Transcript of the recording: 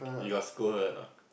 you got scold her or not